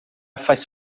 faz